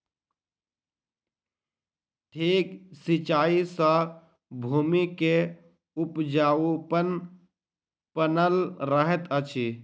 ठीक सिचाई सॅ भूमि के उपजाऊपन बनल रहैत अछि